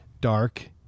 dark